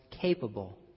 capable